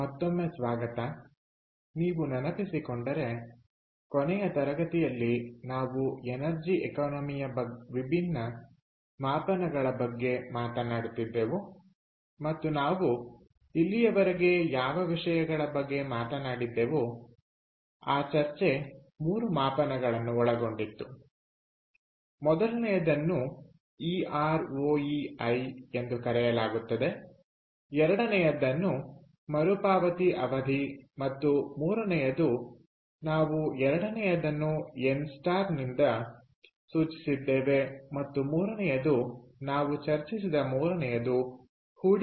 ಮೊದಲನೆಯದನ್ನು E R O E I ಎಂದು ಕರೆಯಲಾಗುತ್ತದೆ ಎರಡನೆಯದನ್ನು ಮರುಪಾವತಿ ಅವಧಿ ಮತ್ತು ಮೂರನೆಯದು ನಾವು ಎರಡನೆಯದನ್ನು ಎನ್N ನಿಂದ ಸೂಚಿಸಿದ್ದೇವೆ ಮತ್ತು ಮೂರನೆಯದುನಾವು ಚರ್ಚಿಸಿದ ಮೂರನೆಯದು ಹೂಡಿಕೆಯ ಮೇಲಿನ ಲಾಭ ಆಗಿದೆ